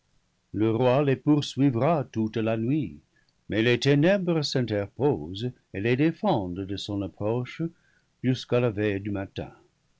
le roi les poursuivra toute la nuit mais les ténèbres s'interposent et les défendent de son approche jusqu'à la veille du matin